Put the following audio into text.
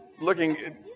looking